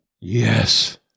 Yes